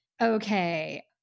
Okay